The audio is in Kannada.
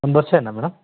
ಒಂದು ವರ್ಷನಾ ಮೇಡಮ್